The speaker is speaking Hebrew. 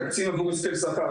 תקציב עבור הסכם שכר.